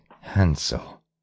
Hansel